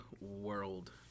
world